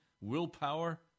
willpower